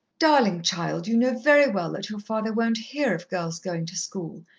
darlin' child, you know very well that your father won't hear of girls goin' to school.